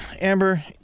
Amber